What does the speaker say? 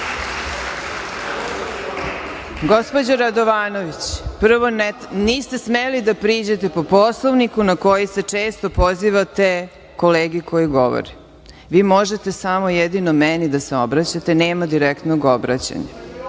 zemlju.)Gospođo Radovanović, prvo niste smeli da priđete po Poslovniku na koji se često pozivate kolegi koji govori. Vi možete samo meni da se obraćate, nema direktnog obraćanja.